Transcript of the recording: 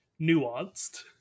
nuanced